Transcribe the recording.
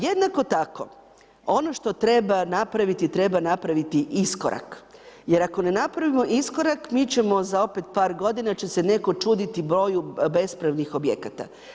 Jednako tako, ono što treba napraviti je treba napraviti iskorak, jer ako ne napravimo iskorak, mi ćemo za opet par godina će se netko čuditi broju bespravnih objekata.